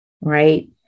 Right